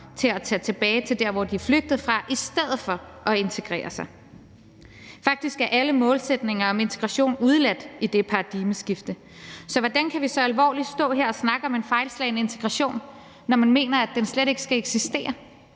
til at tage tilbage til der, hvor de er flygtet fra, i stedet for at integrere sig. Faktisk er alle målsætninger om integration udeladt i det paradigmeskifte. Så hvordan kan vi seriøst stå her og snakke om en fejlslagen integration, når man mener, at den slet ikke skal eksistere?